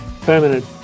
permanent